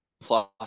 plus